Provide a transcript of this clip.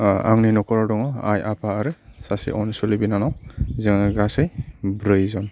आंनि न'खराव दङ' आइ आफा आरो सासे अनसुलि बिनानाव जों गासै ब्रैजन